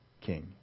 king